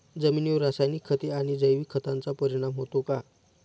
जमिनीवर रासायनिक खते आणि जैविक खतांचा परिणाम होतो का?